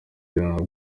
ntabwo